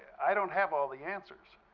i don't have all the answers.